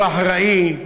הוא אחראי,